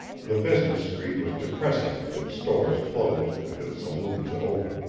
the business street was depressing with its stores closed and its saloons open.